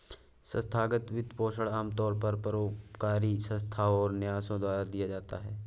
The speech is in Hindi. संस्थागत वित्तपोषण आमतौर पर परोपकारी संस्थाओ और न्यासों द्वारा दिया जाता है